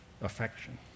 affection